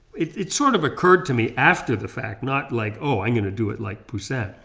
it it sort of occurred to me after the fact not like oh i'm going to do it like poussin!